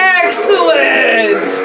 excellent